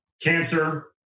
cancer